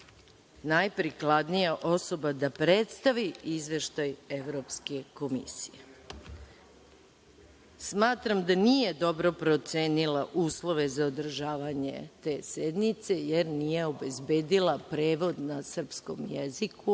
najprikladnija osoba da predstavi izveštaj Evropske komisije. Smatram da nije dobro procenila uslove za održavanje te sednice jer nije obezbedila prevod na srpskom jeziku,